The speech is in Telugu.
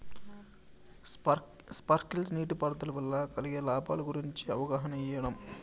స్పార్కిల్ నీటిపారుదల వల్ల కలిగే లాభాల గురించి అవగాహన ఇయ్యడం?